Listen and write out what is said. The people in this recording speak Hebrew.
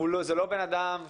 זה לא בן אדם אחד,